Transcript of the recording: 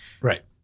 Right